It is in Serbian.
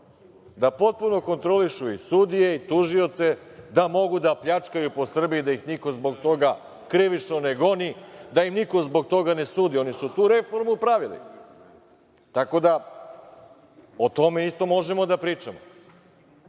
da potpuno kontrolišu i sudije i tužioce, da mogu da pljačkaju po Srbiji, da ih niko zbog toga krivično ne goni, da im niko zbog toga ne sudi. Oni su tu reformu pravili. Tako da, o tome isto možemo da pričamo. Ali,